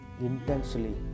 intensely